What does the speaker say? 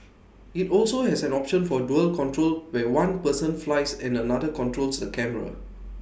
IT also has an option for dual control where one person flies and another controls the camera